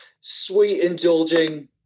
sweet-indulging